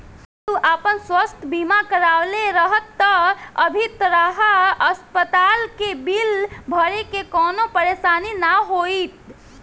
अगर तू आपन स्वास्थ बीमा करवले रहत त अभी तहरा अस्पताल के बिल भरे में कवनो परेशानी ना होईत